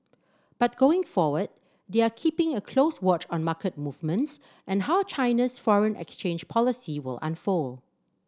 but going forward they are keeping a close watch on market movements and how China's foreign exchange policy will unfold